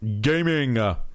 gaming